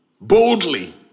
boldly